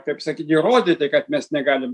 kaip sakyt įrodyti kad mes negalim